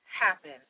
happen